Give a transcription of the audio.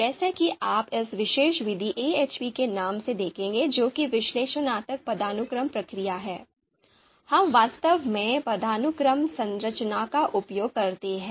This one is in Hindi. जैसा कि आप इस विशेष विधि AHP के नाम से देखेंगे जो कि विश्लेषणात्मक पदानुक्रम प्रक्रिया है हम वास्तव में पदानुक्रमित संरचना का उपयोग करते हैं